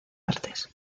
artes